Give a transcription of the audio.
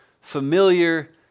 familiar